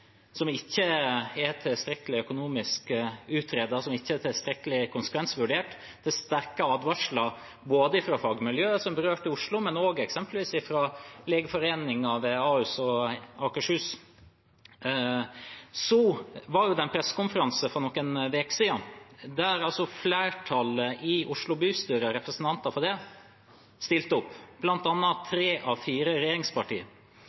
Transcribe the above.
som ikke er tilstrekkelig økonomisk utredet og ikke tilstrekkelig konsekvensvurdert. Det er sterke advarsler både fra berørte fagmiljøer i Oslo og også eksempelvis fra Legeforeningen ved Ahus og Akershus. For noen uker siden var det en pressekonferanse der representanter for flertallet i Oslo bystyre stilte opp, bl.a. tre av fire regjeringspartier.